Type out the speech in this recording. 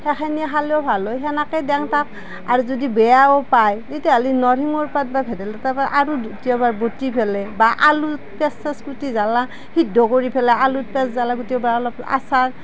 সেইখিনি খালেও ভাল হয় সেনেকেই দেওঁ তাক আৰু যদি বেয়াও পায় তেতিয়াহ'লে নৰসিংহৰ পাত বা ভেদাইলতাৰ পাত আৰু কেতিয়াবা বতি বতি পেলাই বা আলু পিঁয়াজ চিঁয়াজ কুটি জ্বালা সিদ্ধ কৰি পেলাই আলুতে জ্বালা বতিও বা অলপ আচাৰ